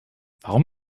warum